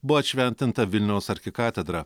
buvo atšventinta vilniaus arkikatedra